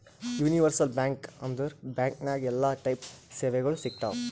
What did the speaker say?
universal bank ಅಂದುರ್ bank ನಾಗ್ ಎಲ್ಲಾ ಟೈಪ್ ಸೇವೆಗೊಳ್ ಸಿಗ್ತಾವ್